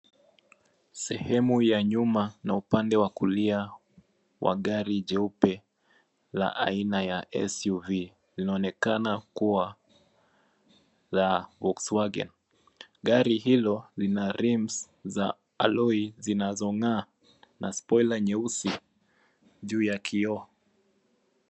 Sehemu wa nyuma na upande wa kulia wa gari jeupe la aina ya SUV ina onekana kuwa ya Volkswagen. Gari hiyo ina rims za alloy zinazo ng'aa na spoiler nyeusi juu ya kioo.